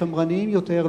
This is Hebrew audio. שמרניים יותר,